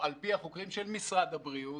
על פי החוקרים של משרד הבריאות,